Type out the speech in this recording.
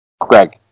Greg